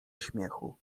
śmiechu